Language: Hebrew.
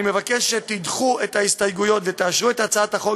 אני מבקש שתדחו את ההסתייגויות ותאשרו את הצעת החוק